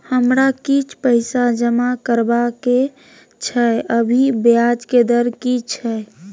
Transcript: हमरा किछ पैसा जमा करबा के छै, अभी ब्याज के दर की छै?